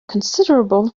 considerable